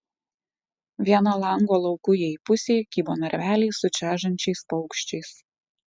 vieno lango laukujėj pusėj kybo narveliai su čežančiais paukščiais